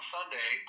Sunday